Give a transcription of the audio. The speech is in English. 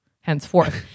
henceforth